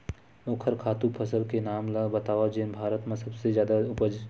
ओखर खातु फसल के नाम ला बतावव जेन भारत मा सबले जादा उपज?